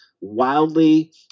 wildly